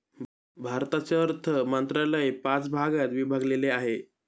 भारताचे अर्थ मंत्रालय पाच भागात विभागलेले आहे